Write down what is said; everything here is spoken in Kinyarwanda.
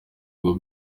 ubwo